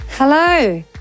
Hello